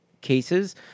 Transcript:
cases